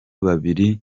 babiri